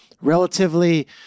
relatively